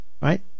right